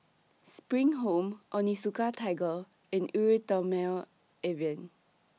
SPRING Home Onitsuka Tiger and Eau Thermale Avene